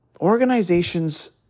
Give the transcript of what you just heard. organizations